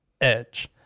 edge